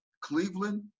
Cleveland